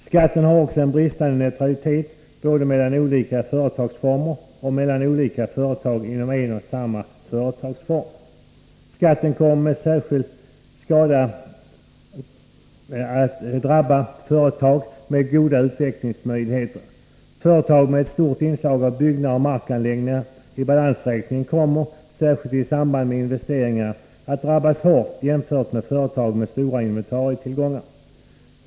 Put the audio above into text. Skatten har också en bristande neutralitet både mellan olika företagsformer och mellan olika företag inom en och samma företagsform. Skatten kommer med särskild skada att drabba företag med goda utvecklingsmöjligheter. Företag med ett stort inslag av byggnader och markanläggningar i balansräkningen kommer — särskilt i samband med investeringar — att drabbas hårt, jämfört med företag med stora inventarietillgångar.